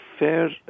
fair